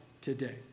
today